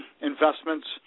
investments